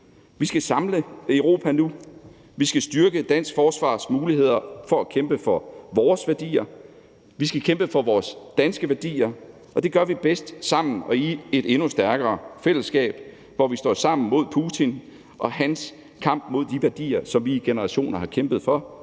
Vi skal samle Europa nu. Vi skal styrke dansk forsvars muligheder for at kæmpe for vores værdier. Vi skal kæmpe for vores danske værdier. Og det gør vi bedst sammen og i et endnu stærkere fællesskab, hvor vi står sammen mod Putin og hans kamp mod de værdier, som vi i generationer har kæmpet for